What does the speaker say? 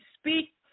speak